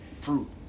fruit